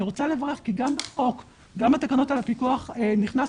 ואני רוצה לברך כי גם בתקנות על הפיקוח נכנסה